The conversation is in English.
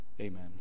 Amen